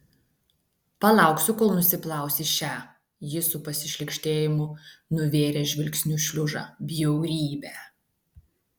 palauksiu kol nusiplausi šią jis su pasišlykštėjimu nuvėrė žvilgsniu šliužą bjaurybę